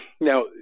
Now